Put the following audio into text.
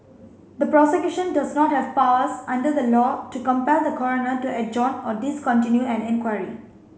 the Prosecution does not have powers under the law to compel the Coroner to adjourn or discontinue an inquiry